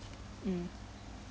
mm